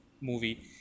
movie